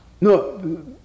No